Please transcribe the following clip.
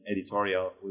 editorial